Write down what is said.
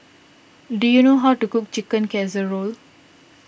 do you know how to cook Chicken Casserole